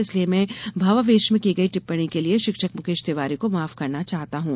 इसलिए मैं भावावेश में की गई टिप्पणी के लिए शिक्षक मुकेश तिवारी को माफ करना चाहता हूँ